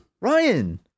Ryan